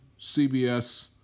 CBS